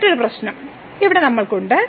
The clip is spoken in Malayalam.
മറ്റൊരു പ്രശ്നം ഇവിടെ നമ്മൾക്ക് ഉണ്ട്